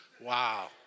Wow